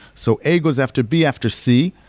so a goes after b after c,